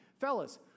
Fellas